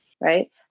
right